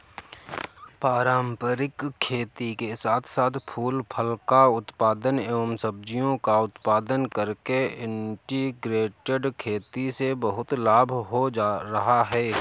पारंपरिक खेती के साथ साथ फूल फल का उत्पादन एवं सब्जियों का उत्पादन करके इंटीग्रेटेड खेती से बहुत लाभ हो रहा है